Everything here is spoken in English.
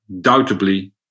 doubtably